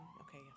Okay